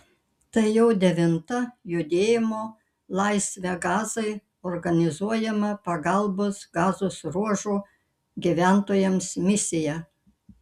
tai jau devinta judėjimo laisvę gazai organizuojama pagalbos gazos ruožo gyventojams misija